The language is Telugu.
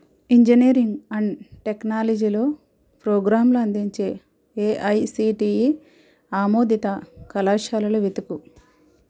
ఇంజనీరింగ్ అండ్ టెక్నాలజీ లో ప్రోగ్రాంలు అందించే ఏఐసిటిఇ ఆమోదిత కళాశాలలు వెతుకు